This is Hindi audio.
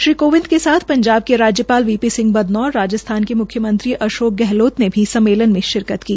श्री कोविंद के सथ पंजाब के राज्यपाल वी पी सिंह बदनौर राजस्थान के मुख्यमंत्री अशोक गहलोत ने भी सम्मेलन में शिरकत की